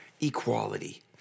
equality